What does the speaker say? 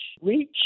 Reach